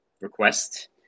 request